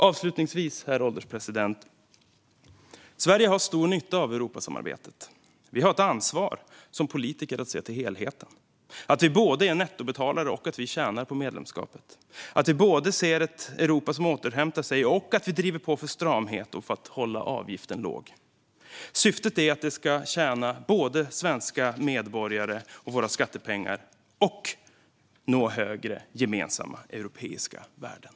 Avslutningsvis, herr ålderspresident: Sverige har stor nytta av Europasamarbetet. Vi har ett ansvar som politiker att se till helheten, att vi både är nettobetalare och tjänar på medlemskapet, att vi både ser ett Europa som återhämtar sig och driver på för stramhet och för att hålla avgiften låg. Syftet är att det ska tjäna både svenska medborgare och våra skattepengar och nå högre gemensamma europeiska värden.